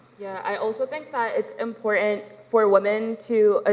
i also think that it's important for women to, ah